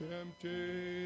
empty